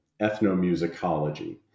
ethnomusicology